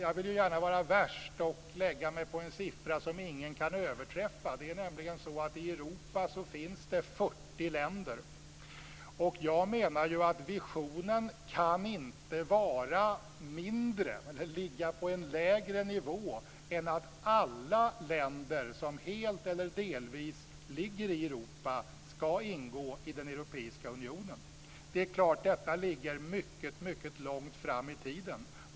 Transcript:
Jag vill ju gärna vara värst och lägga mig på en siffra som ingen kan överträffa. I Europa finns det 40 länder. Jag menar att visionen inte kan ligga på en lägre nivå än att alla länder som helt eller delvis ligger i Europa ska ingå i den europeiska unionen. Det är klart att detta ligger mycket, mycket långt fram i tiden.